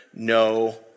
No